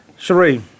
Sheree